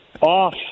off